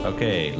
Okay